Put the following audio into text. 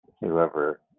whoever